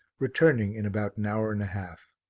returning in about an hour and a half.